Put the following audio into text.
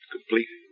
Complete